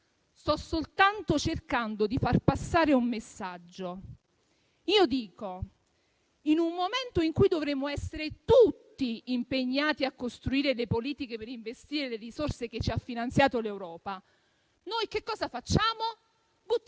Sto soltanto cercando di far passare un messaggio. In un momento in cui dovremmo essere tutti impegnati a costruire le politiche per investire le risorse che ci ha finanziato l'Europa, noi che cosa facciamo? Buttiamo